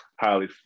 highly